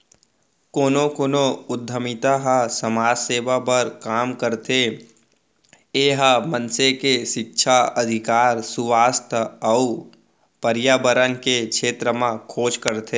कोनो कोनो उद्यमिता ह समाज सेवा बर काम करथे ए ह मनसे के सिक्छा, अधिकार, सुवास्थ अउ परयाबरन के छेत्र म खोज करथे